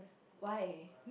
why